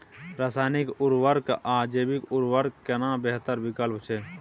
रसायनिक उर्वरक आ जैविक उर्वरक केना बेहतर विकल्प छै?